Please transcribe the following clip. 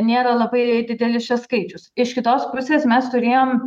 nėra labai didelis čia skaičius iš kitos pusės mes turėjom